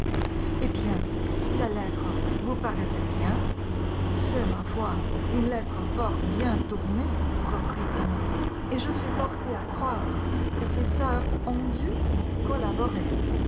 eh bien la lettre vous paraît-elle bien c'est ma foi une lettre fort bien tournée reprit emma et je suis portée à croire que ses sœurs ont dû y collaborer